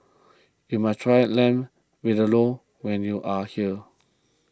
you must try Lamb Vindaloo when you are here